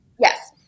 Yes